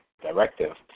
directive